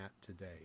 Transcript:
today